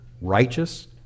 Righteous